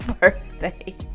birthday